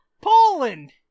Poland